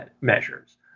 measures